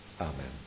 Amen